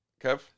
Kev